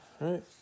right